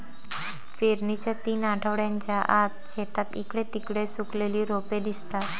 पेरणीच्या तीन आठवड्यांच्या आत, शेतात इकडे तिकडे सुकलेली रोपे दिसतात